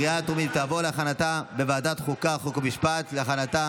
אם כן, רבותיי